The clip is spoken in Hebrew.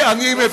אישום,